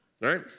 Right